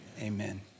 Amen